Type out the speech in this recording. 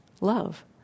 love